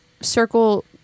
circle